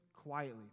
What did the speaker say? quietly